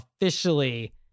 officially